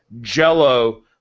jello